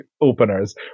openers